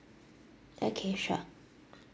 okay sure